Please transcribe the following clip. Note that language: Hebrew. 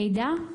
מידע?